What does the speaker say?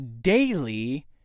daily